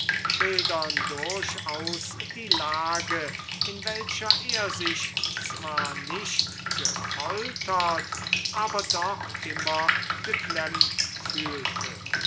schildern durchaus die lage in welcher er sich zwar nicht gefoltert aber doch immer geklemmt fühlte